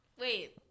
Wait